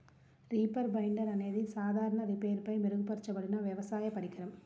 reaper binder అనేది సాధారణ రీపర్పై మెరుగుపరచబడిన వ్యవసాయ పరికరం